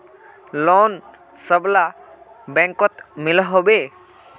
Loan सबला बैंकोत मिलोहो होबे?